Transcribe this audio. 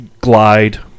glide